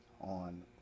on